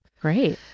Great